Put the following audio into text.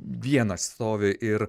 vienas stovi ir